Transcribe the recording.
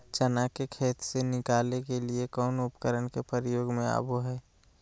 चना के खेत से निकाले के लिए कौन उपकरण के प्रयोग में आबो है?